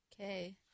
okay